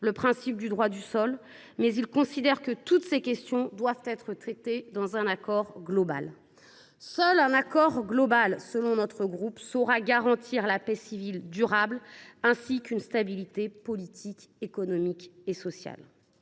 le principe du droit du sol, mais ils considèrent que toutes ces questions doivent être traitées dans le cadre d’un accord global. Seule cette solution saura garantir une paix civile durable ainsi qu’une stabilité politique, économique et sociale.